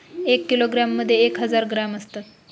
एका किलोग्रॅम मध्ये एक हजार ग्रॅम असतात